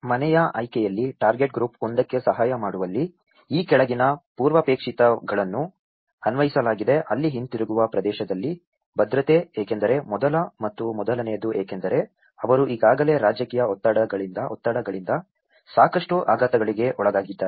ಮನೆಯ ಆಯ್ಕೆಯಲ್ಲಿ target group ಒಂದಕ್ಕೆ ಸಹಾಯ ಮಾಡುವಲ್ಲಿ ಈ ಕೆಳಗಿನ ಪೂರ್ವಾಪೇಕ್ಷಿತಗಳನ್ನು ಅನ್ವಯಿಸಲಾಗಿದೆ ಅಲ್ಲಿ ಹಿಂತಿರುಗುವ ಪ್ರದೇಶದಲ್ಲಿ ಭದ್ರತೆ ಏಕೆಂದರೆ ಮೊದಲ ಮತ್ತು ಮೊದಲನೆಯದು ಏಕೆಂದರೆ ಅವರು ಈಗಾಗಲೇ ರಾಜಕೀಯ ಒತ್ತಡಗಳಿಂದ ಸಾಕಷ್ಟು ಆಘಾತಗಳಿಗೆ ಒಳಗಾಗಿದ್ದಾರೆ